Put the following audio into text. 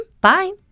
bye